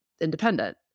independent